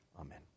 Amen